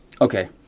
okay